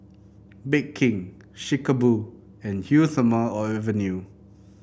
Bake King Chic A Boo and Eau Thermale Avene